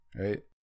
right